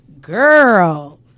Girl